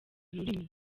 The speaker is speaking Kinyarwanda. ururimi